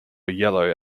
yellow